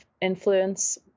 influence